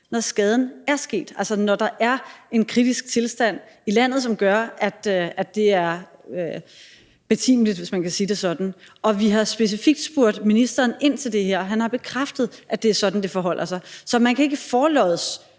når skaden er sket, altså når der er en kritisk tilstand i landet, som gør, at det er betimeligt, hvis man kan sige det sådan. Og vi har specifikt spurgt ind til det her hos ministeren, og han har bekræftet, at det er sådan, det forholder sig. Man kan ikke forlods,